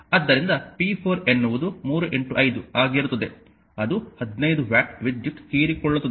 ಆದ್ದರಿಂದ p4 ಎನ್ನುವುದು 3 5 ಆಗಿರುತ್ತದೆ ಅದು 15 ವ್ಯಾಟ್ ವಿದ್ಯುತ್ ಹೀರಿಕೊಳ್ಳುತ್ತದೆ